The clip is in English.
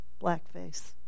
blackface